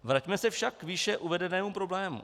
Vraťme se však k výše uvedenému problému.